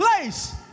place